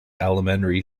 elementary